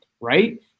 right